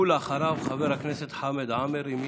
ואחריו, חבר הכנסת חמד עמאר.